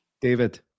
David